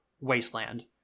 Wasteland